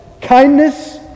kindness